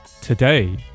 today